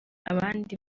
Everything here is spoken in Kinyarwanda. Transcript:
abandi